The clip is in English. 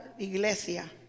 iglesia